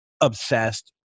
obsessed